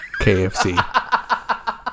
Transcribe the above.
KFC